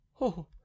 Oh